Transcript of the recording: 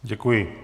Děkuji.